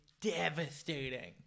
devastating